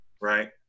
Right